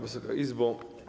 Wysoka Izbo!